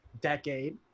decade